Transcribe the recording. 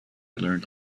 learned